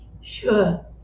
Sure